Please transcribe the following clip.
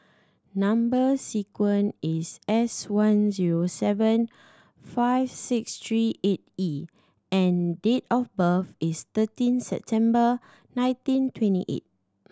number sequence is S one zero seven five six three eight E and date of birth is thirteen September nineteen twenty eight